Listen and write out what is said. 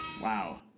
Wow